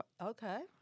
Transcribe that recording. okay